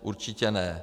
Určitě ne.